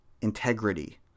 integrity